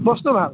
বস্তু ভাল